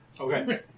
Okay